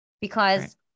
because-